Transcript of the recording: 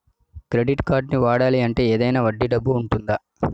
Credit కార్డ్ని వాడాలి అంటే ఏదైనా వడ్డీ డబ్బు ఉంటుందా?